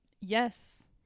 Yes